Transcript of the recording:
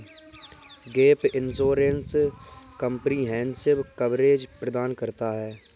gap insurance comprehensive coverage प्रदान करता है